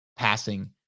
passing